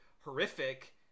horrific